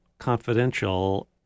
confidential